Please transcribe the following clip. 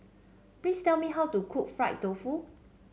please tell me how to cook Fried Tofu